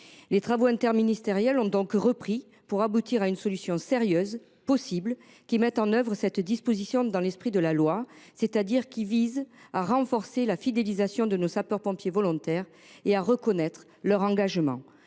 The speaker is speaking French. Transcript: Les travaux interministériels ont repris pour aboutir à une solution sérieuse, qui permettra de mettre en œuvre cette disposition en suivant l’esprit de la loi : elle visera à renforcer la fidélisation de nos sapeurs pompiers volontaires et à reconnaître leur engagement.